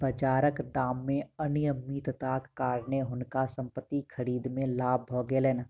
बाजारक दाम मे अनियमितताक कारणेँ हुनका संपत्ति खरीद मे लाभ भ गेलैन